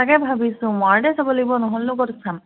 তাকে ভাবিছোঁ মৰাণতে চাব লাগিব নহ'লেনো ক'ত চাম